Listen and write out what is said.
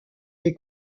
des